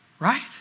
Right